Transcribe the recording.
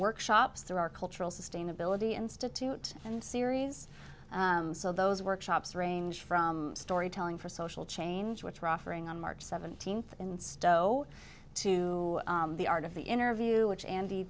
workshops through our cultural sustainability institute and series so those workshops range from storytelling for social change which we're offering on march seventeenth instow to the art of the interview which andy